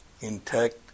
intact